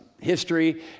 history